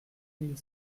mille